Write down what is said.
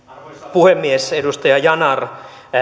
puhemies edustaja yanar